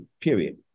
period